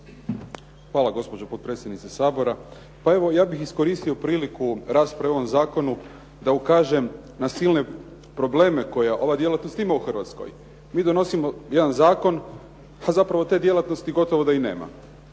Hvala gospođo potpredsjednice Sabora. Pa evo ja bih iskoristio priliku rasprave o ovom zakonu da ukažem na silne probleme koje ova djelatnost ima u Hrvatskoj. Mi donosimo jedan zakon a zapravo te djelatnosti gotovo da i nema.